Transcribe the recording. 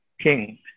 king